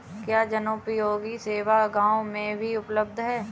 क्या जनोपयोगी सेवा गाँव में भी उपलब्ध है?